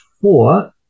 four